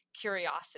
curiosity